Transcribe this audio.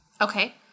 Okay